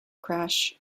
crash